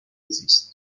زیست